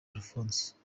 alphonse